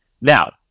Now